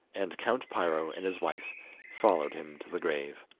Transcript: and count piro and his wife followed him to the grave.